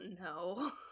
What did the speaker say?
No